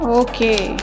okay